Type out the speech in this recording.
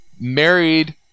married